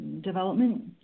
development